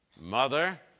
mother